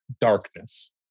darkness